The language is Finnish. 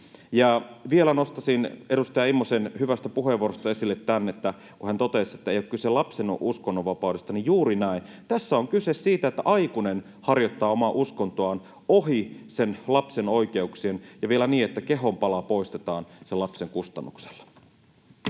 Vielä nostaisin edustaja Immosen hyvästä puheenvuorosta esille, kun hän totesi, että ei ole kyse lapsen uskonnonvapaudesta, että juuri näin. Tässä on kyse siitä, että aikuinen harjoittaa omaa uskontoaan ohi sen lapsen oikeuksien, ja vielä niin, että kehon pala poistetaan sen lapsen kustannuksella.